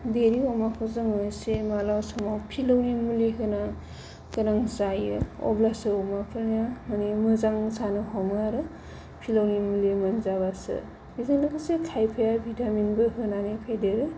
देरै अमाखौ जोङो एसे माब्लाबा समाव फिलौनि मुलि होनो गोनां जायो अब्लासो अमाफोरा माने मोजां जानो हमो आरो फिलौनि मुलि मोनजाबासो बेजों लोगोसे खायफाया भिटामिनबो होनानै फेदेरो